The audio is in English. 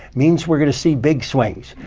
means we're going to see big swings.